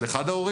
של אחד ההורים,